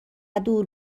دور